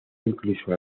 incluso